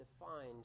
defined